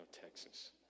Texas